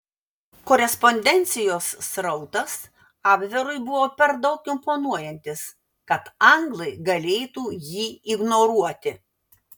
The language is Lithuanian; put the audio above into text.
korespondencijos srautas abverui buvo per daug imponuojantis kad anglai galėtų jį ignoruoti